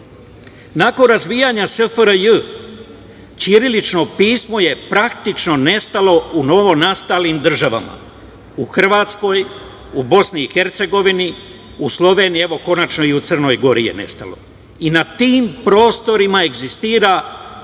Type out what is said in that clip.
razbijanja SFRJ ćirilično pismo je praktično nestalo u novonastalim državama u Hrvatskoj, u BiH, u Sloveniji, evo konačno i u Crnoj Gori je nestalo. Na tim prostorima egzistira samo